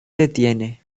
detiene